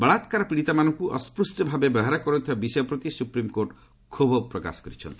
ବଳାକାର ପୀଡ଼ିତାମାନଙ୍କୁ ଅସ୍କୃଶ୍ୟଭାବେ ବ୍ୟବହାର କରାଯାଉଥିବା ବିଷୟ ପ୍ରତି ସୁପ୍ରିମକୋର୍ଟ କ୍ଷୋଭ ପ୍ରକାଶ କରିଛନ୍ତି